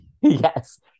Yes